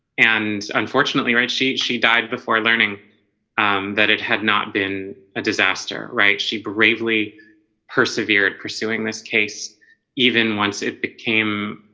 and unfortunately, right she she died before learning that it had not been a disaster right she bravely persevered pursuing this case even once it became